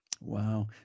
wow